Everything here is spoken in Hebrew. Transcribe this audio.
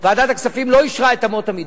ועדת הכספים לא אישרה את אמות המידה.